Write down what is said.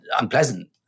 unpleasant